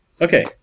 Okay